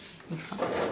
it's not